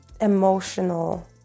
emotional